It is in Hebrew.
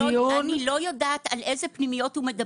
אני לא יודעת על איזה פנימיות הוא מדבר.